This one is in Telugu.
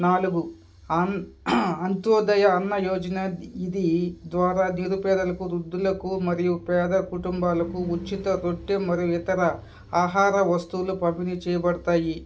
నాలుగు అన్ అంత్యోదయ అన్న యోజన ఇది ద్వారా నిరుపేదలకు వృద్ధులకు మరియు పేద కుటుంబాలకు ఉచిత తొట్టె మరియు ఇతర ఆహార వస్తువులు పంపిణీ చెయ్యబడతాయి